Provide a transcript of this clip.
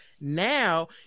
Now